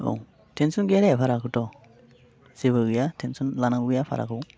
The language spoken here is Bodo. औ टेन्सन गैया दे भाराखौथ' जेबो गैया टेन्सन लानांगौ गैया भाराखौ